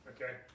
Okay